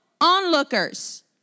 onlookers